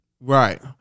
right